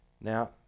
Now